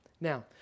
Now